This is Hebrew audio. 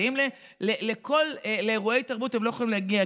ואם לאירועי תרבות הם לא יכולים להגיע,